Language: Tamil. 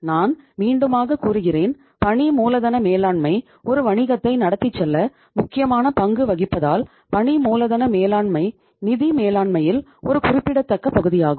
நான் மீண்டுமாக கூறுகிறேன் பணி மூலதன மேலாண்மை ஒரு வணிகத்தை நடத்திச் செல்ல முக்கியமான பங்கு வகிப்பதால் பணி மூலதன மேலாண்மை நிதி மேலாண்மையில் ஒரு குறிப்பிடத்தக்க பகுதியாகும்